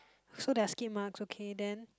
so there are skid marks okay then